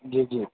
જીજી